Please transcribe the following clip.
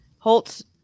Holtz